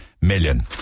million